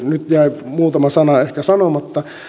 nyt jäi muutama sana ehkä sanomatta